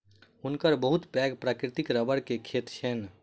हुनकर बहुत पैघ प्राकृतिक रबड़ के खेत छैन